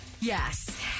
Yes